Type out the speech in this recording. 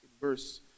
Verse